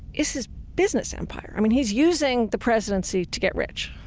is his business empire. i mean, he's using the presidency to get rich.